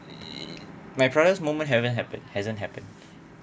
my proudest moment haven't happened hasn't happened